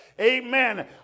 Amen